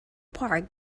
park